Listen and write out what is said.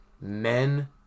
men